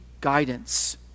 guidance